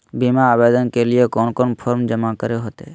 बीमा आवेदन के लिए कोन कोन फॉर्म जमा करें होते